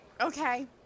Okay